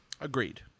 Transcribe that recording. Agreed